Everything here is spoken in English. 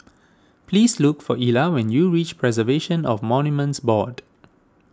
please look for Ela when you reach Preservation of Monuments Board